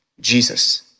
Jesus